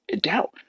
doubt